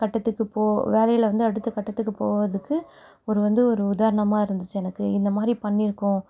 கட்டத்துக்கு போ வேலையில் வந்து அடுத்த கட்டத்துக்கு போகுறதுக்கு ஒரு வந்து ஒரு உதாரணமா இருந்துச்சு எனக்கு இந்த மாதிரி பண்ணியிருக்கோம்